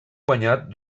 guanyat